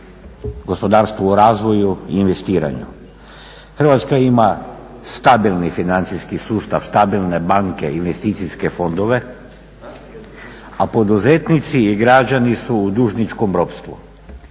"Hrvatska ima stabilni financijski sustav, stabilne banke, investicijske fondove, a poduzetnici i građani su u dužničkom ropstvu."